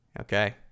Okay